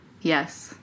Yes